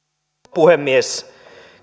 puhemies